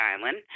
island